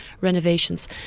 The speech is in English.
renovations